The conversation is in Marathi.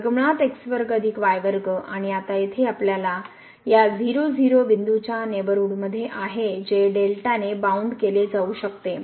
A आणि आता येथे आपल्यास या 0 0 बिंदूच्या नेबरहूड मध्ये आहे जे ने बाउंड केले जाऊ शकते